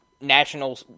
national